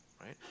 right